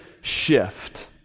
shift